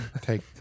Take